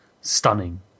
stunning